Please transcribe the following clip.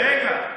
רגע.